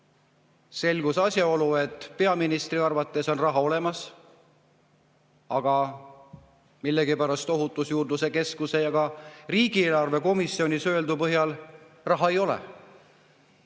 selgus asjaolu, et peaministri arvates on raha olemas. Aga millegipärast Ohutusjuurdluse Keskuse ja ka riigieelarve komisjonis öeldu põhjal raha ei ole.